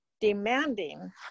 demanding